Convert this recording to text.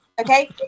Okay